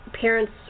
parents